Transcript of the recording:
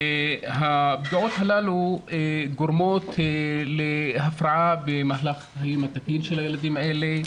והפגיעות הללו גורמות להפרעה במהלך החיים התקין של הילדים האלה,